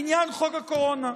לעניין חוק הקורונה.